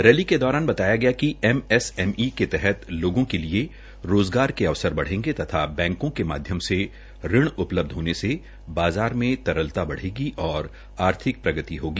rally के दौरान बताया गया कि एमएसएमई के तहत लोगों के लिए रोजगार के अवसर बढ़ेंगे तथा बैंको के माध्यम से ऋण उपलब्ध होने से बाज़ार में तरलता बढ़ेगी और आर्थिक प्रगति होगी